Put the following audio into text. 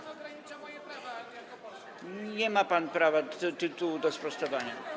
Nie ma pan prawa, tytułu do sprostowania.